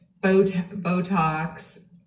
Botox